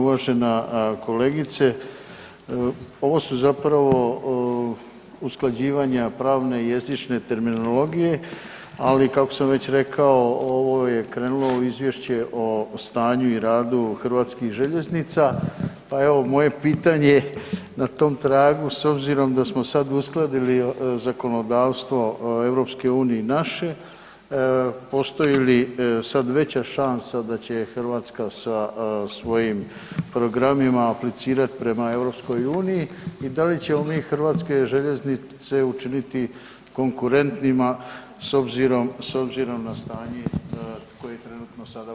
Uvažena kolegice, ovo su zapravo usklađivanja pravne i jezične terminologije, ali kako sam već rekao ovo je krenulo u izvješće o stanju i radu HŽ-a, pa evo moje pitanje na tom tragu s obzirom da smo sad uskladili zakonodavstvo EU i naše, postoji li sad veća šansa da će Hrvatska sa svojim programima aplicirati prema EU i da li ćemo mi hrvatske željeznice učiniti konkurentima s obzirom na stanje koje je trenutno sada u HŽ-u.